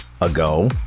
ago